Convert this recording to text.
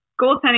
goaltending